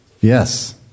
Yes